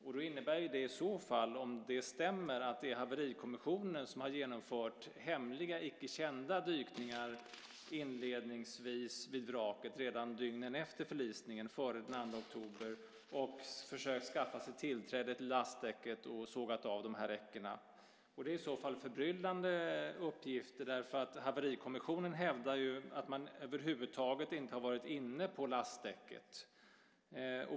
Om det stämmer innebär ju det att det är haverikommissionen som har genomfört hemliga, icke kända, dykningar inledningsvis vid vraket - redan dygnen efter förlisningen, före den 2 oktober - och försökt skaffa sig tillträde till lastdäcket och sågat av räckena. Det är i så fall förbryllande uppgifter. Haverikommissionen hävdar ju att man över huvud taget inte har varit inne på lastdäcket.